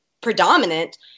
predominant